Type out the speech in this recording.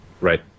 Right